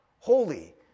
holy